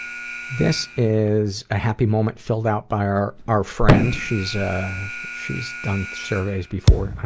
this is a happy moment, filled out by our our friend, she's ah she's done surveys before.